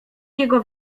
jego